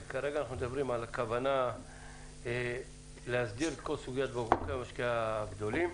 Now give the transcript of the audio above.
כרגע אנחנו מדברים על הכוונה להסדיר את כל סוגיית בקבוקי המשקה הגדולים.